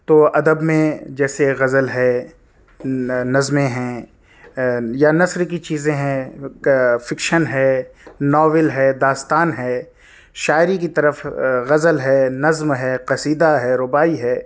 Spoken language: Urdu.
تو ادب میں جیسے غزل ہے نظمیں ہیں یا نثر کی چیزیں ہیں فکشن ہے ناول ہے داستان ہے شاعری کی طرف غزل ہے نظم ہے قصیدہ ہے رباعی ہے